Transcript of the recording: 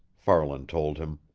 farland told him.